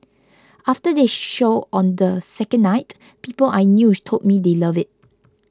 after the show on the second night people I knew told me they loved it